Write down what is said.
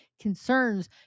concerns